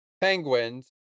penguins